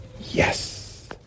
yes